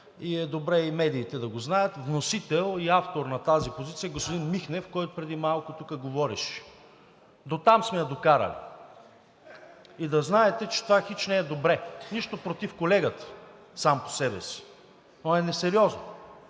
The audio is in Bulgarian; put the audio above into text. и е добре и медиите да го знаят. Вносител и автор на тази позиция е господин Михнев, който преди малко тук говореше. Дотам сме я докарали! И да знаете, че това хич не е добре. Нищо против колегата сам по себе си, но е несериозно.